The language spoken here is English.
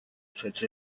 such